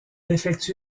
effectue